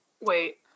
Wait